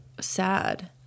sad